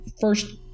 first